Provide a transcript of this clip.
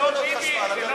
אתה לא, חשבונות חשמל.